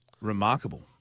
remarkable